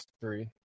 three